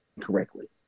correctly